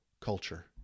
culture